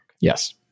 Yes